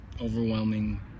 Overwhelming